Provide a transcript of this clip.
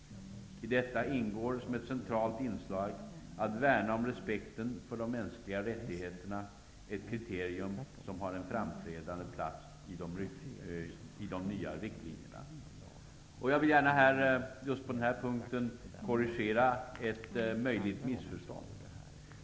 I detta ingår som ett centralt inslag att värna om respekten för de mänskliga rättigheterna. Det är ett kriterium som har en framträdande plats i de nya riktlinjerna. Jag vill på just denna punkt korrigera ett möjligt missförstånd.